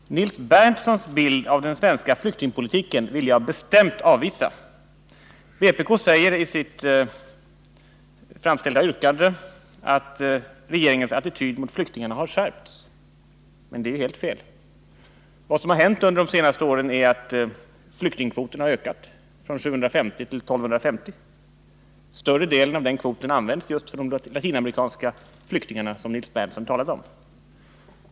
Herr talman! Nils Berndtsons bild av den svenska flyktingpolitiken vill jag bestämt avvisa. Vpk säger i sitt framställda yrkande att regeringens attityd mot flyktingarna har skärpts. Men det är helt fel. Vad som har hänt under de senaste åren är att flyktingkvoten har ökat från 750 till 1 250. Större delen av den kvoten används just för de latinamerikanska flyktingarna, som Nils Berndtson talade om.